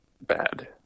bad